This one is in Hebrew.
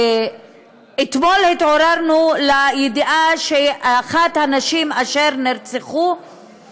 אתמול התעוררנו לידיעה שאחת הנשים שנרצחו